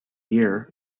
year